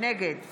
נגד